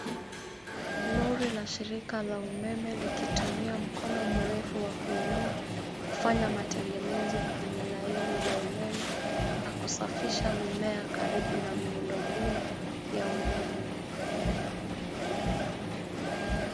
Lori la shirika la umeme likitumia mkono mrefu wa kuinua, kufanya matengenezo kwenye laini za umeme na kusafisha mimea karibu na miundombinu ya umeme.